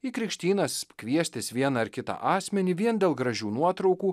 į krikštynas kviestis vieną ar kitą asmenį vien dėl gražių nuotraukų